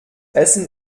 essen